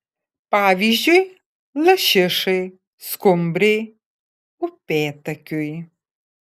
pavyzdžiui lašišai skumbrei upėtakiui